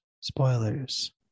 spoilers